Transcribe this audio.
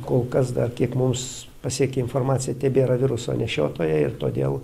kol kas dar kiek mus pasiekė informacija tebėra viruso nešiotojai ir todėl